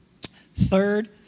Third